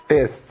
Yes